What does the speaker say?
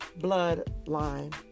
bloodline